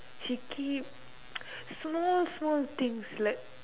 she keep small small things like